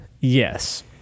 Yes